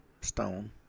stone